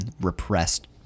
repressed